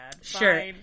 Sure